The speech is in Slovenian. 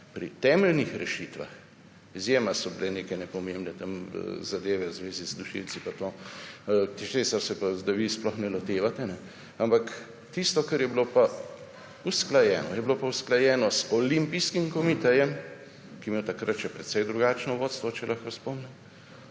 pri temeljnih rešitvah. Izjema so bile neke nepomembne tam zadeve v zvezi z dušilci, pa to, česar se pa zdaj vi sploh ne lotevate. Ampak tisto, kar je bilo pa usklajeno, je bilo pa usklajeno z Olimpijskim komitejem, ki je imel takrat še precej drugačno vodstvo, če lahko spomnim,